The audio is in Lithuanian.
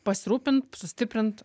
pasirūpint sustiprint